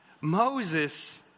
Moses